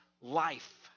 life